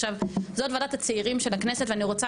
עכשיו זאת ועדת הצעירים של הכנסת ואני רוצה